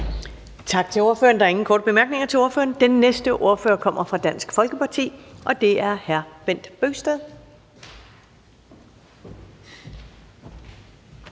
Tak til ordføreren. Der er ingen korte bemærkninger til ordføreren. Den næste ordfører kommer fra Dansk Folkeparti, og det er hr. Bent Bøgsted.